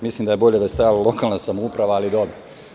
Mislim da je bolje da je stajalo lokalna samouprava, ali dobro.